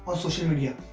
ah social media.